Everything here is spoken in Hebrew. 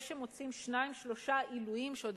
זה שמוצאים שניים-שלושה עילויים שעוד